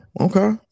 Okay